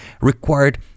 required